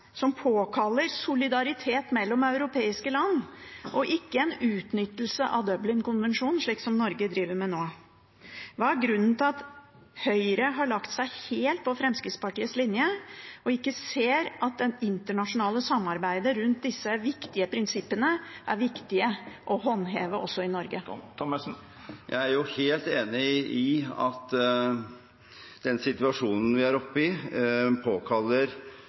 som påkaller solidaritet mellom europeiske land – ikke en utnyttelse av Dublinkonvensjonen, slik som Norge driver med nå. Hva er grunnen til at Høyre har lagt seg helt på Fremskrittspartiets linje, og ikke ser at det internasjonale samarbeidet rundt disse viktige prinsippene er viktige å håndheve også i Norge? Jeg er helt enig i at den situasjonen vi er oppe i, påkaller